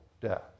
death